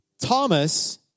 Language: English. Thomas